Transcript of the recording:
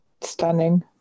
stunning